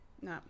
no